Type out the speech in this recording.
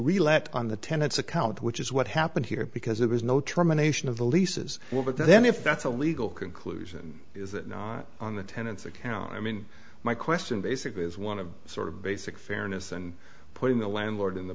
let on the tenants account which is what happened here because there was no trauma nation of the leases well but then if that's a legal conclusion is that not on the tenants account i mean my question basically is one of sort of basic fairness and putting the landlord in the